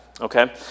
Okay